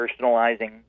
personalizing